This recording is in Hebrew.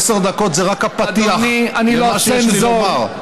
עשר דקות זה רק הפתיח למה שיש לי לומר.